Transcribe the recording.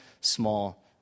small